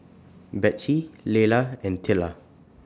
Betsey Leila and Tilla